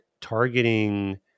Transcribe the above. targeting